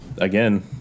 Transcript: Again